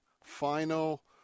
final